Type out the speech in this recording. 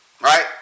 right